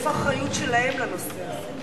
איפה האחריות שלהם לנושא הזה?